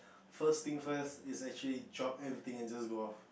first thing first is actually drop everything and just go off